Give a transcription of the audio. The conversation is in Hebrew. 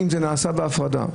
אם הוא נעשה בהפרדה.